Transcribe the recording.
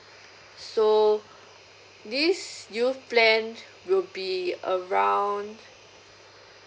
so this youth plan will be around